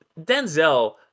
denzel